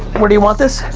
where do you want this?